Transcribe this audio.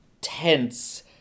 tense